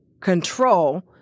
control